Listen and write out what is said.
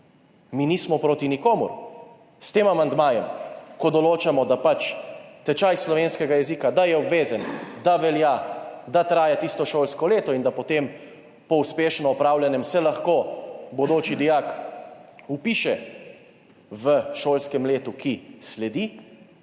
Mi nismo proti nikomur. S tem amandmajem, ko določamo, da je tečaj slovenskega jezika obvezen, da velja, da traja tisto šolsko leto in da se potem po uspešno opravljenem lahko bodoči dijak vpiše v šolskem letu, ki sledi,